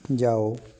ਜਾਓ